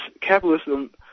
capitalism –